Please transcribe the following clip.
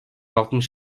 altmış